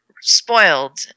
spoiled